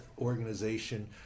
organization